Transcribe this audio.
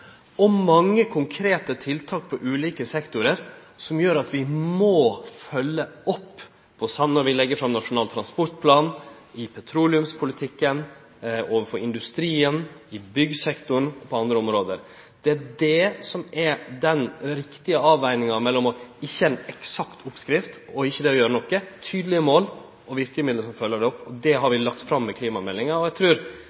og mange konkrete tiltak i ulike sektorar som gjer at vi må følgje opp. Det same gjeld når vi legg fram Nasjonal transportplan, i petroleumspolitikken, overfor industrien, i byggsektoren og på andre område. Det er det som er den riktige avveginga mellom ikkje å ha ei eksakt oppskrift og ikkje å gjere noko: tydelege mål og verkemiddel som følgjer det opp. Det har